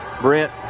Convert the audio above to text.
brent